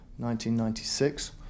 1996